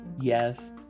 Yes